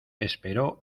esperó